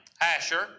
Asher